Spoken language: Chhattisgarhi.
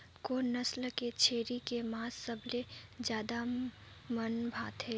कोन नस्ल के छेरी के मांस सबले ज्यादा मन भाथे?